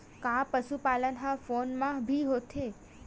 का पशुपालन ह फोन म भी होथे?